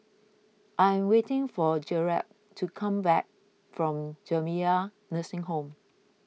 I am waiting for Garett to come back from Jamiyah Nursing Home